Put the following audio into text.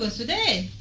today